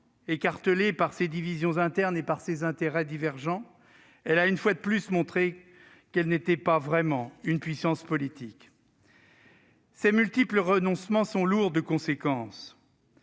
écartelée par ses divisions internes et par ses intérêts divergents, elle a une fois de plus montré qu'elle n'était pas vraiment une puissance politique. Ces multiples renoncements sont lourds de conséquences.